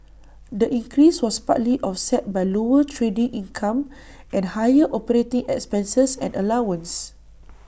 the increase was partly offset by lower trading income and higher operating expenses and allowances